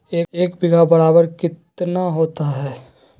एक बीघा बराबर कितना होता है?